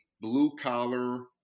blue-collar